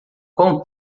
quão